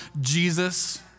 Jesus